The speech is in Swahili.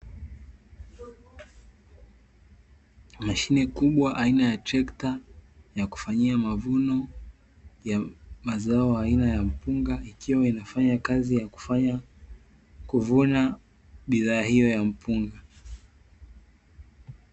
Mashine kubwa aina ya trekta ya kufanyia mavuno ya mazao ya aina ya mpunga ikiwa inafanya kazi ya kuvuna bidhaa hiyo ya mpunga.